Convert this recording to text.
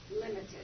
Limited